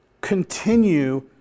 Continue